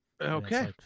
okay